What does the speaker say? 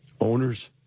Owners